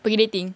pergi dating